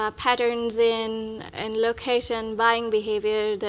ah patterns in and location, buying behavior,